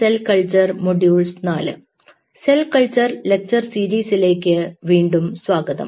cell culture lecture സീരീസിലേക്ക് വീണ്ടും സ്വാഗതം